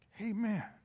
Amen